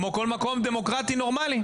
כמו כל מקום דמוקרטי נורמלי.